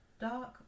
dark